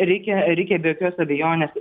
reikia reikia be jokios abejonės